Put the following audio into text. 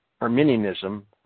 Arminianism